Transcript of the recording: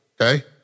Okay